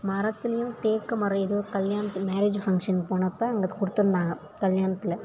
மரத்துலேயும் தேக்கு மரம் ஏதோ கல்யாணத்தில் மேரேஜு ஃபங்க்ஷன் போனப்போ அங்கே கொடுத்துருந்தாங்க கல்யாணத்தில்